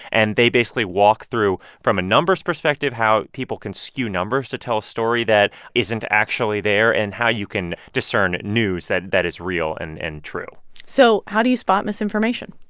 and they basically walk through from a numbers perspective how people can skew numbers to tell a story that isn't actually there and how you can discern news that that is real and and true so how do you spot misinformation?